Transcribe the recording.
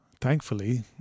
thankfully